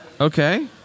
Okay